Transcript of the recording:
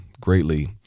greatly